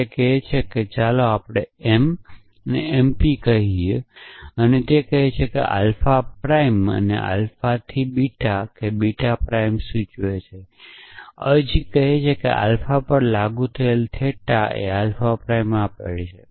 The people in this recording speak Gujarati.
તે કહે છે કે ચાલો આપણે એમ એમપી કહી શકીએ અને તે કહે છે કે આલ્ફાપ્રાઇમ અને આલ્ફાથી બીટા બીટા પ્રાઇમ સૂચવે છે અવેજી કહીએ કે આલ્ફાપર લાગુ થેટા આલ્ફાપ્રાઇમ આપે છે